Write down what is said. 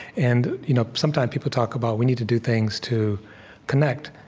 and you know sometimes people talk about we need to do things to connect.